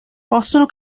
possono